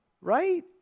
Right